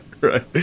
Right